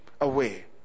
away